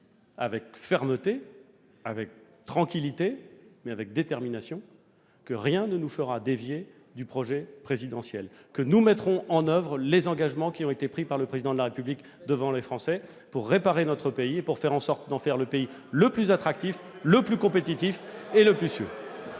avec fermeté et tranquillité, mais avec détermination, que rien ne nous fera dévier du projet présidentiel. Nous mettrons en oeuvre les engagements qui ont été pris par le Président de la République devant les Français pour réparer notre pays et pour faire en sorte d'en faire le pays le plus attractif, le plus compétitif et le plus sûr.